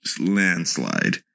landslide